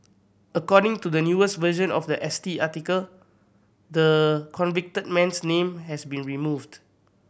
according to the newest version of the S T article the convicted man's name has been removed